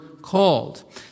called